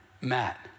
Matt